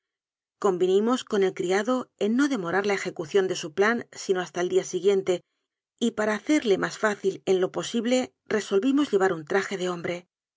convinimos con el criado en no demorar la ejecución de su plan sino hasta el día siguiente y para hacerle más fácil en lo posible resolvimos llevar un traje de hombre